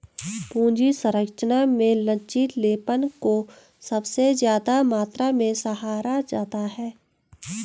पूंजी संरचना में लचीलेपन को सबसे ज्यादा मात्रा में सराहा जाता है